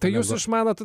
tai jūs išmanot